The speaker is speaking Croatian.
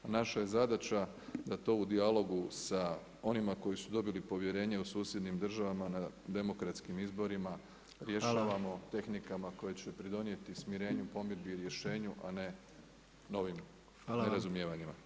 A naša je zadaća da to u dijalogu sa onima koji su dobili povjerenje u susjednim državama, na demokratskim izborima, rješavamo tehnikama koje će pridonijeti smirenju, pomirbi i rješenju a ne novih nerazumijevanjima.